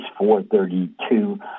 432